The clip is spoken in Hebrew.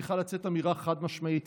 צריכה לצאת אמירה חד-משמעית